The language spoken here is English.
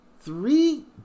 three